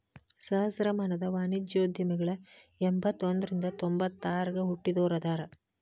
ಸಹಸ್ರಮಾನದ ವಾಣಿಜ್ಯೋದ್ಯಮಿಗಳ ಎಂಬತ್ತ ಒಂದ್ರಿಂದ ತೊಂಬತ್ತ ಆರಗ ಹುಟ್ಟಿದೋರ ಅದಾರ